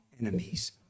enemies